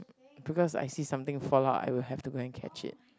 because I see something fall out I will have to go and catch it